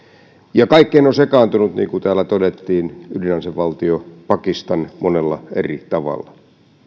ja kaikkeen on sekaantunut niin kuin täällä todettiin ydinasevaltio pakistan monella eri tavalla